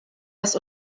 was